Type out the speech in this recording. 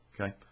Okay